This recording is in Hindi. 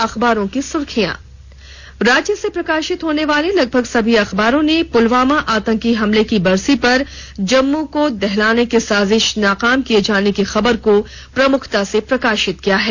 अखबारों की सुर्खियां राज्य से प्रकाशित होने वाले लगभग सभी अखबारों ने पुलवामा आतंकी हमले की बरसी पर जम्मू को दहलाने की साजिश नाकाम किए जाने की खबर को प्रमुखता से प्रकाशित किया है